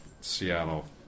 Seattle